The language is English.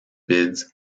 bids